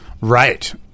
Right